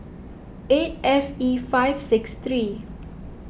eight F E five six three